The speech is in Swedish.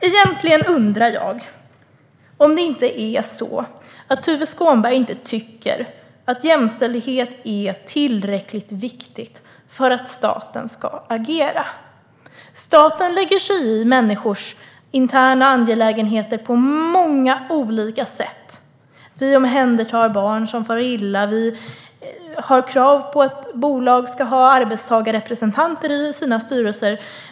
Egentligen undrar jag om det kanske är så att Tuve Skånberg inte tycker att jämställdhet är tillräckligt viktigt för att staten ska agera. Staten lägger sig i människors interna angelägenheter på många olika sätt. Vi omhändertar barn som far illa. Vi har krav på att bolag ska ha arbetstagarrepresentanter i sina styrelser.